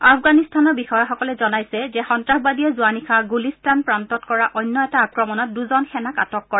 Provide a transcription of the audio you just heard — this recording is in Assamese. আফগানিস্তানৰ বিষয়াসকলে জনাইছে যে সন্নাসবাদীয়ে যোৱানিশা গুলীস্তান প্ৰান্তত কৰা অন্য এটা আক্ৰমণত দুজন সেনাক আটক কৰে